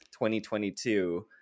2022